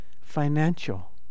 financial